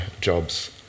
jobs